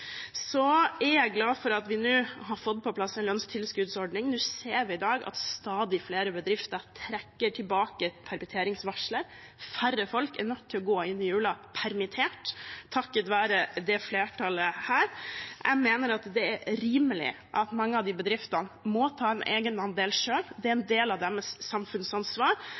Så er jeg glad for at vi nå har fått på plass en lønnstilskuddsordning. Nå ser vi i dag at stadig flere bedrifter trekker tilbake permitteringsvarselet. Færre folk er nødt til å gå inn i jula permittert, takket være dette flertallet. Jeg mener det er rimelig at mange av de bedriftene må ta en egenandel selv, det er en del av deres samfunnsansvar.